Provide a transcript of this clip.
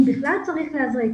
אם בכלל צריך להזריק,